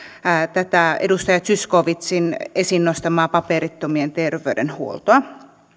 tätä edustaja zyskowizin esiin nostamaa paperittomien terveydenhuoltoa